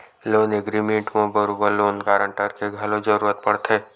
loan agreement म बरोबर loan guarantor के घलो जरुरत पड़थे